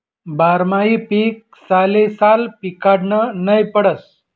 बारमाही पीक सालेसाल पिकाडनं नै पडस